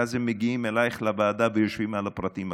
ואז הם מגיעים אלייך לוועדה ויושבים על הפרטים הקטנים,